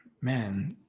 Man